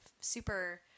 super